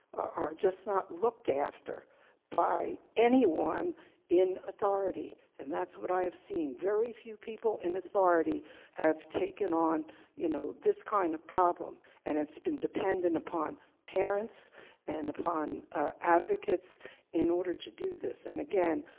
are just not looked after by anyone in authority and that's what i have seen. very few people in authority have taken on you know this kind of problem and it's been dependent upon parents and upon advocates in order to do this and again,